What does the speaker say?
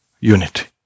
Unity